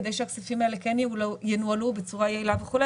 כדי שהכספים האלה כן ינוהלו בצורה יעילה וכו',